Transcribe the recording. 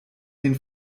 den